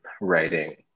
writing